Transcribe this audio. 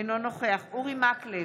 אינו נוכח אורי מקלב,